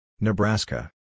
Nebraska